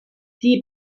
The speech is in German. die